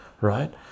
right